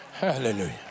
Hallelujah